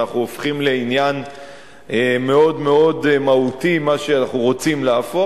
ואנחנו הופכים לעניין מאוד מאוד מהותי מה שאנחנו רוצים להפוך,